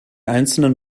einzelnen